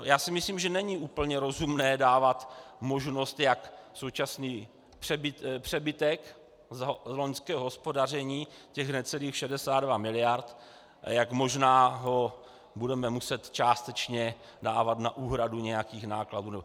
Já si myslím, že není úplně rozumné dávat možnost, jak současný přebytek z loňského hospodaření, těch necelých 62 miliard, jak možná ho budeme muset částečně dávat na úhradu nějakých nákladů.